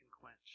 quench